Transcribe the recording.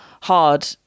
hard